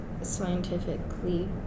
scientifically